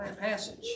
passage